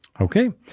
Okay